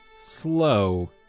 slow